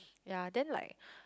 ya then like